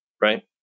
right